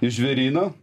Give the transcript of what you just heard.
į žvėryną